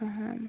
ആഹാ